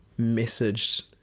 messaged